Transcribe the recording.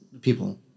people